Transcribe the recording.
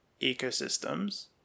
ecosystems